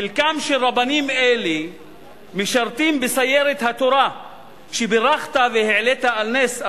חלקם של רבנים אלה משרתים בסיירת התורה שבירכת והעלית על נס,